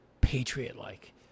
patriot-like